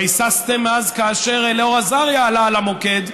הרי ששתם אז כאשר אלאור אזריה עלה על המוקד,